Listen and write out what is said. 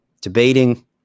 Debating